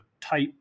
type